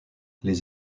les